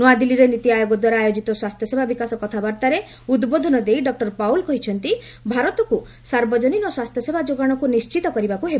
ନ୍ତଆଦିଲ୍ଲୀରେ ନୀତି ଆୟୋଗ ଦ୍ୱାରା ଆୟୋଜିତ ସ୍ୱାସ୍ଥ୍ୟସେବା ବିକାଶ କଥାବାର୍ତ୍ତାରେ ଉଦ୍ବୋଧନ ଦେଇ ଡଃ ପାଉଲ କହିଛନ୍ତି' ଭାରତକୁ ସାର୍ବଜନୀନ ସ୍ୱାସ୍ଥ୍ୟସେବା ଯୋଗାଣକୁ ନିଣ୍ଠିତ କରିବାକୁ ହେବ